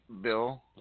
Bill